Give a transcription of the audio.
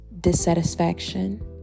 dissatisfaction